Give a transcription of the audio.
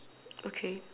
okay